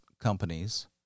companies